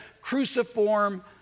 cruciform